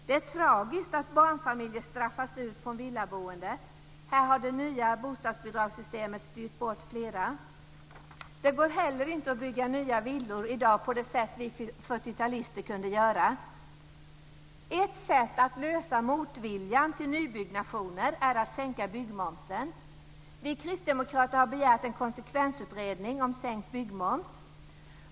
Det är tragiskt att barnfamiljer straffats ut från villaboendet. Här har det nya bostadsbidragssystemet styrt bort flera. Det går inte heller att bygga nya villor i dag på det sätt som vi 40-talister kunde göra. Ett sätt att lösa motviljan mot nybyggnationer är att sänka byggmomsen. Vi kristdemokrater har begärt en konsekvensutredning om sänkt byggmoms.